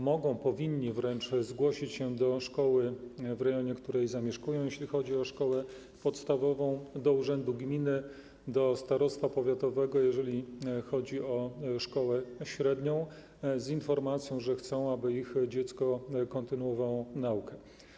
Mogą, wręcz powinni zgłosić się do szkoły, w rejonie której zamieszkują, jeśli chodzi o szkołę podstawową, lub do urzędu gminy, do starostwa powiatowego, jeżeli chodzi o szkołę średnią, z informacją, że chcą, aby ich dziecko kontynuowało naukę.